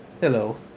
Hello